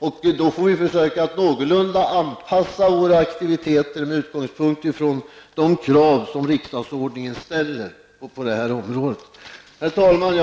Vi får försöka att någorlunda anpassa våra aktiviteter till de krav riksdagsordningen ställer på det här området. Herr talman!